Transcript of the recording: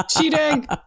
Cheating